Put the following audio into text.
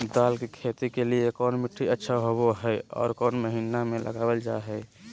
दाल की खेती के लिए कौन मिट्टी अच्छा होबो हाय और कौन महीना में लगाबल जा हाय?